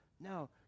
No